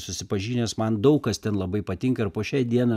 susipažinęs man daug kas ten labai patinka ir po šiai dieną